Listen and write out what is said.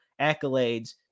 accolades